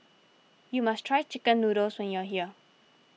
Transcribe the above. you must try Chicken Noodles when you are here